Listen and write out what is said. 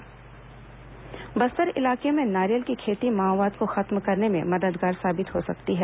विश्व नारियल दिवस बस्तर इलाके में नारियल की खेती माओवाद को खत्म करने में मददगार साबित हो सकती है